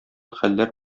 хәлләр